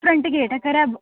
front gate sir